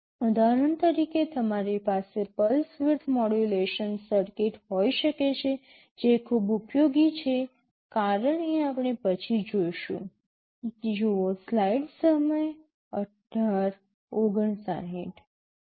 ઉદાહરણ તરીકે તમારી પાસે પલ્સ વિડ્થ મોડ્યુલેશન સર્કિટ હોઈ શકે છે જે ખૂબ ઉપયોગી છે કારણ એ આપણે પછી જોશું